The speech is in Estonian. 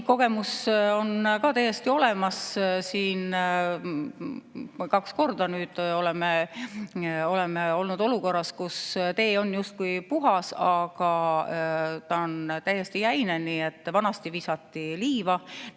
kogemus on mul ka täiesti olemas. Kaks korda oleme olnud olukorras, kus tee oli justkui puhas, aga ta oli täiesti jäine. Vanasti visati liiva,